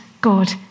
God